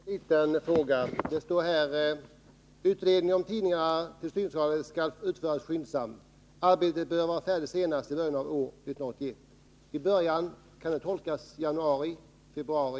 Herr talman! En liten fråga. Det står: Utredningen om tidningarna skall utföras skyndsamt. Arbetet bör vara färdigt senast i början av år 1981. Hur skall ”i början” tolkas? Blir det i januari eller i februari?